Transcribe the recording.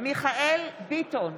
מיכאל מרדכי ביטון,